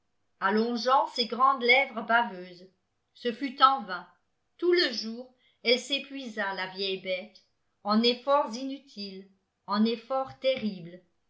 i andes lèvres baveuses ce fut en vain tout le jour elle s'épuisa la vieille bête en efforts inutiles en efforts terribles